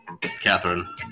Catherine